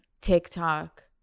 TikTok